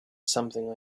something